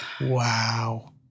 Wow